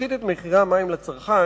להפחית את מחירי המים לצרכן,